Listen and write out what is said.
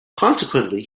consequently